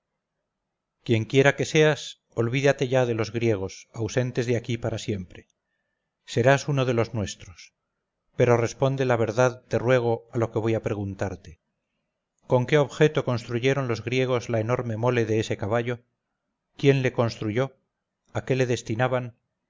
quien quiera que seas olvídate ya de los griegos ausentes de aquí para siempre serás uno de los nuestros pero responde la verdad te ruego a lo que voy a preguntarte con qué objeto construyeron los griegos la enorme mole de ese caballo quién le construyó a qué le destinaban